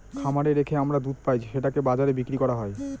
খামারে রেখে আমরা দুধ পাই সেটাকে বাজারে বিক্রি করা হয়